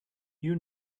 you